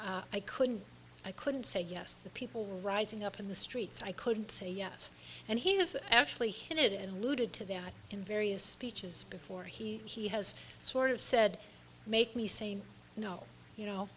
i couldn't i couldn't say yes the people rising up in the streets i could say yes and he has actually hinted and looted to that in various speeches before he he has sort of said make me saying no you know